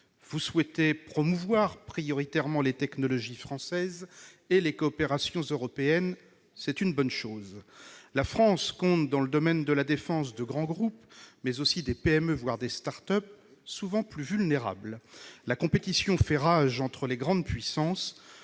souhaite promouvoir prioritairement les technologies françaises et les coopérations européennes. C'est une bonne chose ! La France compte, dans le domaine de la défense, de grands groupes, mais aussi des PME, voire des start-up, souvent plus vulnérables. La compétition fait rage entre les grandes puissances.